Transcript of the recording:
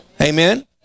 Amen